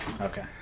Okay